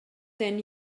ten